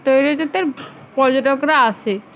পর্যটকরা আসে